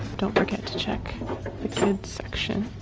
don't forget to check the kids section